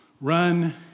Run